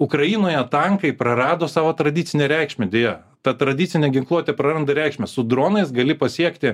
ukrainoje tankai prarado savo tradicinę reikšmę deja ta tradicinė ginkluotė praranda reikšmę su dronais gali pasiekti